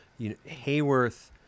Hayworth